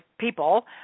People